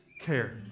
care